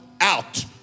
out